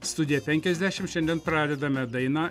studiją penkiasdešim šiandien pradedame daina